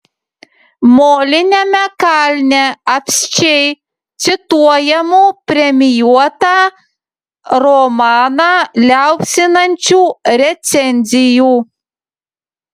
moliniame kalne apsčiai cituojamų premijuotą romaną liaupsinančių recenzijų